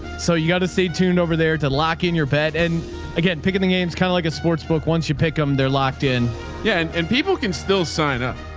so you gotta stay tuned over there to lock in your bet. and again, picking the games, kind of like a sports book. once you pick them, they're locked in yeah and and people can still sign up.